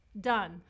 done